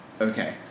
Okay